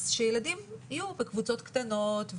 אז שילדים יהיו בקבוצות קטנות,